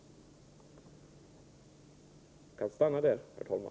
Jag nöjer mig med detta, herr talman.